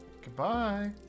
Goodbye